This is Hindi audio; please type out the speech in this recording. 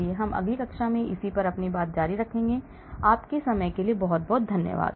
इसलिए हम अगली कक्षा में और जारी रखेंगे आपके समय के लिए बहुत बहुत धन्यवाद